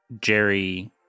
Jerry